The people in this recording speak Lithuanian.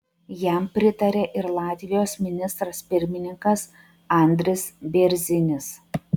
jam pritarė ir latvijos ministras pirmininkas andris bėrzinis